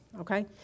Okay